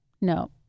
no